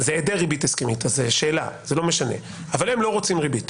זה היעדר ריבית הסכמית הם לא רוצים ריבית.